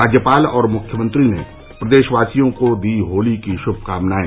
राज्यपाल और मुख्यमंत्री ने प्रदेशवासियों को दी होली की शुभकामनायें